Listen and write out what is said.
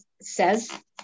says